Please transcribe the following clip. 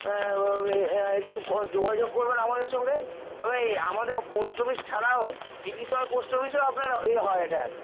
একটু যোগাযোগ করবেন আমাদের সঙ্গে তবে আমাদের পোষ্ট অফিস ছাড়াও ডিভিশন পোষ্ট অফিসেও আপনার ইয়ে হয় এটার